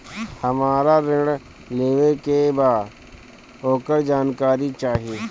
हमरा ऋण लेवे के बा वोकर जानकारी चाही